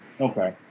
okay